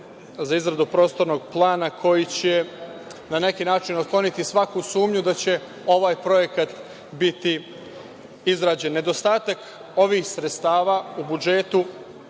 za izradu prostornog plana koji će na neki način otkloniti svaku sumnju da će ovaj projekat biti izrađen. Nedostatak ovih sredstava u budžetu